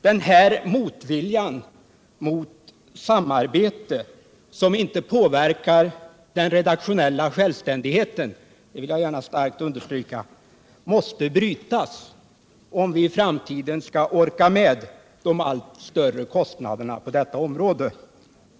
Den här motviljan mot samarbete — som inte påverkar den redaktionella självständigheten — måste brytas om vi i framtiden skall orka med de allt större kostnaderna på detta område.